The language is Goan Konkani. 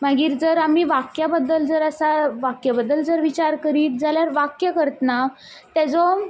मागीर जर आमी वाक्या बद्दल जर आसा वाक्य बदल जर विचार करीत जाल्यार वाक्य करतना तेजो